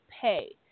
pay